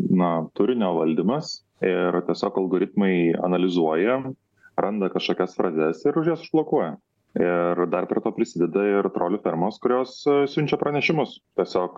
na turinio valdymas ir tiesiog algoritmai analizuoja randa kažkokias frazes ir už jas užblokuoja ir dar prie to prisideda ir trolių fermos kurios siunčia pranešimus tiesiog